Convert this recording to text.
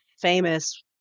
famous